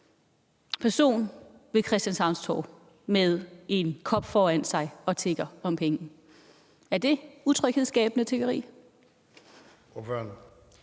person ved Christianshavns Torv med en kop foran sig og tigger om penge. Er det utryghedsskabende tiggeri?